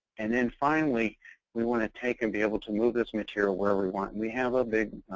and then finally we want to take and be able to move this material wherever we want. we have a big,